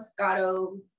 Moscato